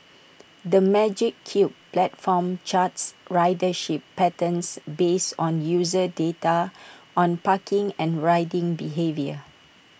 the magic Cube platform charts ridership patterns based on user data on parking and riding behaviour